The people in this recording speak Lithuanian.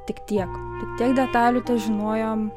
tik tiek tiek detalių težinojom